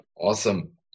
Awesome